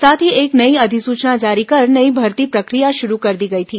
साथ ही एक नई अधिसूचना जारी कर नई भर्ती प्रक्रिया शुरू कर दी गई थी